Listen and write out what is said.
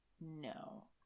no